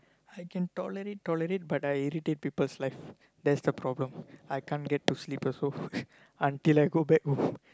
I can tolerate tolerate but I irritate people's life that's the problem I can't get to sleep also until I go back home